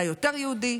אתה יותר יהודי,